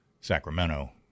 sacramento